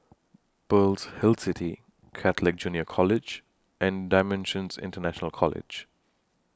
Pearl's Hill City Catholic Junior College and DImensions International College